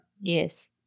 Yes